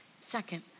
Second